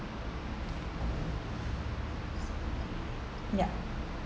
ya